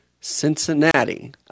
Cincinnati